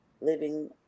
living